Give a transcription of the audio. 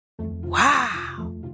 Wow